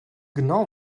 genau